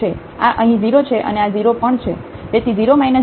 તેથી આ અહીં 0 છે અને આ 0 પણ છે